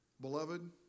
Beloved